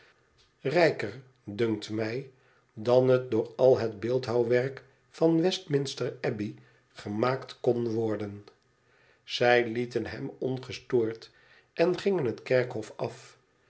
rijker dunkt mij dan het door al het beeldhouwwerk van westminster abdij gemaakt kon worden zij lieten hem ongestoord en gingen het kerkhof af